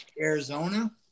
Arizona